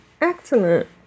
Excellent